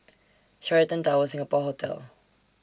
Sheraton Towers Singapore Hotel